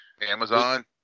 Amazon